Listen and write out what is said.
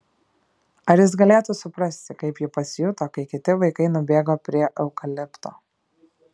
ar jis galėtų suprasti kaip ji pasijuto kai kiti vaikai nubėgo prie eukalipto